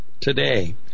today